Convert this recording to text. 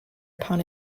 upon